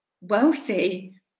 wealthy